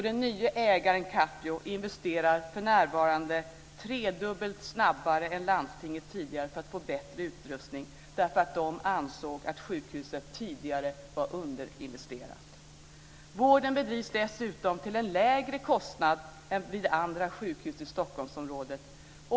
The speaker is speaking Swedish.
Den nye ägaren Capio investerar för närvarande tredubbelt snabbare än landstinget tidigare för att få bättre utrustning, eftersom man anser att sjukhuset tidigare var underinvesterat. Vården bedrivs dessutom till en lägre kostnad än vid andra sjukhus i Stockholmsområdet.